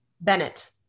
bennett